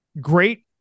Great